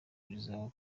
rizaba